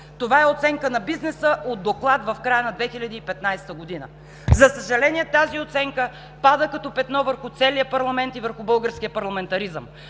Това е оценка на бизнеса от доклад в края на 2015 г. За съжаление, тази оценка пада като петно върху целия парламент и върху българския парламентаризъм.